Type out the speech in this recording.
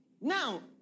Now